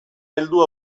heldu